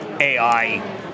AI